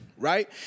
right